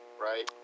right